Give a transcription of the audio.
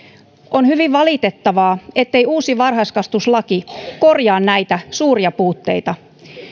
on hyvin valitettavaa ettei uusi varhaiskasvatuslaki korjaa näitä suuria puutteita